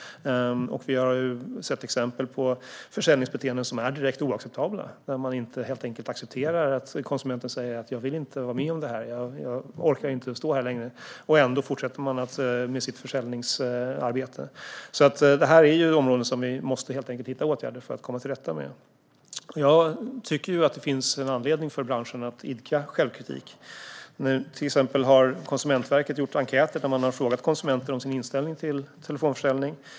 Vi har sett exempel på försäljningsbeteenden som är direkt oacceptabla, där man helt enkelt inte accepterar att konsumenten säger: "Jag vill inte vara med om det här. Jag orkar inte stå här längre". Ändå fortsätter man med sitt försäljningsarbete. Det här är ett område där vi helt enkelt måste hitta åtgärder för att komma till rätta med problemen. Jag tycker att det finns anledning för branschen att idka självkritik. Konsumentverket har gjort enkäter där man har frågat konsumenter om deras inställning till telefonförsäljning.